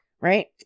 Right